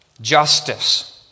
Justice